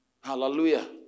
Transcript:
Hallelujah